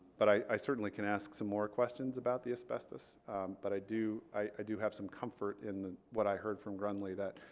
but i certainly can ask some more questions about the asbestos but i do i do have some comfort in what i heard from grundly that